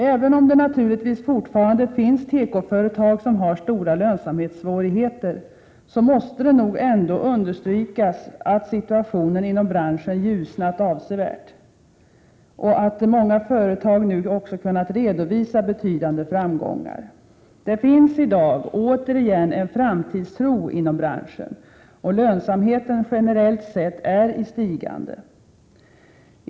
Även om det naturligtvis fortfarande finns tekoföretag som har stora lönsamhetssvårigheter måste det nog understrykas att situationen inom branschen ljusnat avsevärt och att många företag nu också kunnat redovisa betydande framgångar. Det finns i dag återigen en framtidstro inom branschen, och lönsamheten är i stigande, generellt sett.